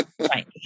right